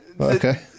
Okay